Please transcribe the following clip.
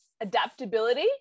adaptability